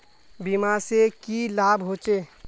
बीमा से की लाभ होचे?